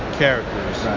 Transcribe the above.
characters